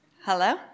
Hello